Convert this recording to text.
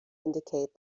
indicate